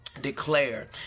declare